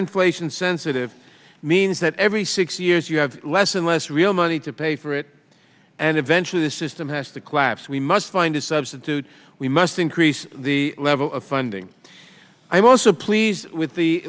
inflation sensitive means that every six years you have less and less real money to pay for it and eventually the system has to collapse we must find a substitute we must increase the level of funding i'm also pleased with the